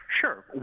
Sure